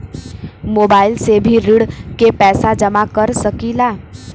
Mobile से भी ऋण के पैसा जमा कर सकी ला?